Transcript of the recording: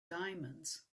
diamonds